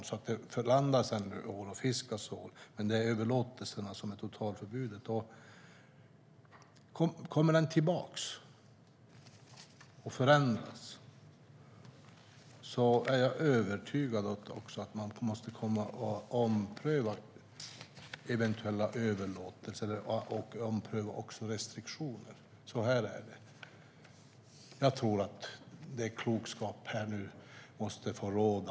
Det både fiskas och landas ål, men totalförbudet gäller överlåtelserna. Om ålen kommer tillbaka är jag övertygad om att man får ompröva eventuella överlåtelser och restriktioner. Klokskap måste nu få råda.